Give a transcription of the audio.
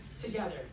together